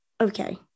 okay